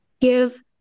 give